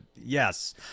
yes